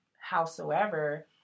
Howsoever